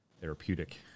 therapeutic